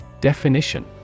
Definition